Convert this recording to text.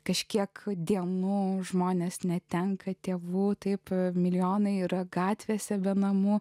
kažkiek dienų žmonės netenka tėvų taip milijonai yra gatvėse be namų